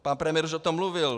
Pan premiér už o tom mluvil.